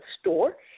store